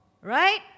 Right